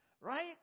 right